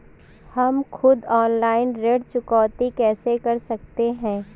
हम खुद ऑनलाइन ऋण चुकौती कैसे कर सकते हैं?